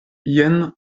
jen